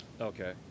Okay